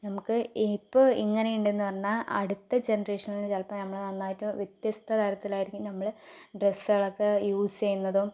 നമുക്ക് ഇപ്പോൾ ഇങ്ങനെയുണ്ടെന്ന് പറഞ്ഞാൽ അടുത്ത ജനറേഷനിൽ ചിലപ്പോൾ നമ്മളെ നന്നായിട്ട് വ്യത്യസ്ത തലത്തിൽ ആയിരിക്കും നമ്മള് ഡ്രസ്സുകളൊക്കെ യൂസ് ചെയ്യുന്നതും